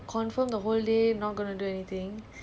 ya so wed~ wednesday we going out